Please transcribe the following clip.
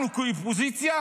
אנחנו כאופוזיציה